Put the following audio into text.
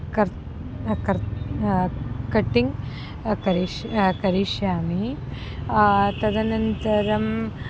कर्तनं कर्तनं कटिङ्ग् करिष्य करिष्यामि तदनन्तरम्